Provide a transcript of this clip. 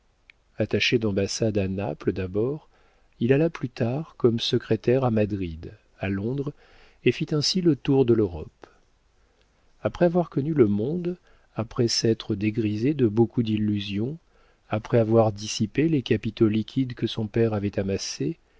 attaché d'ambassade à naples d'abord il alla plus tard comme secrétaire à madrid à londres et fit ainsi le tour de l'europe après avoir connu le monde après s'être dégrisé de beaucoup d'illusions après avoir dissipé les capitaux liquides que son père avait amassés